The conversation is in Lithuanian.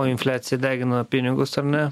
o infliacija degina pinigus ar ne